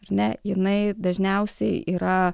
ar ne jinai dažniausiai yra